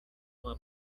uma